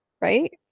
right